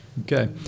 Okay